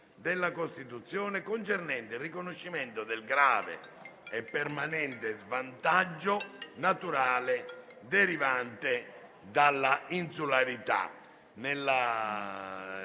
provvedimento concernente il riconoscimento del grave e permanente svantaggio naturale derivante dall'insularità,